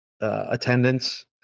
attendance